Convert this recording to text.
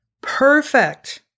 perfect